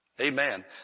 Amen